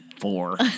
four